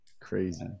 Crazy